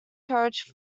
coach